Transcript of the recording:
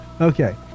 Okay